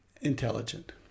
intelligent